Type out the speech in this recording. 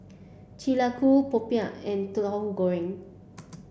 Chi Lak Kuih Popiah and Tauhu Goreng